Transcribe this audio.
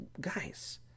guys